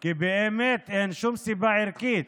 כי באמת אין שום סיבה ערכית